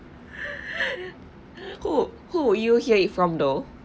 who who would you hear it from though